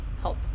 help